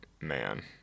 man